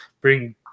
bring